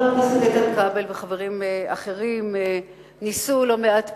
חבר הכנסת איתן כבל וחברים אחרים ניסו לא מעט פעמים.